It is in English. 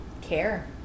care